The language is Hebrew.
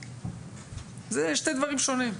אלה שני דברים שונים.